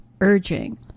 urging